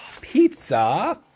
pizza